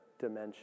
dimension